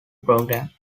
program